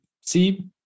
see